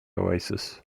oasis